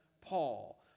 Paul